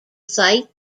site